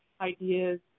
ideas